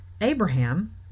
Abraham